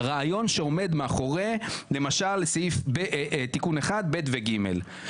למשל לרעיון שעומד מאחורי תיקון 1(ב) ו-(ג).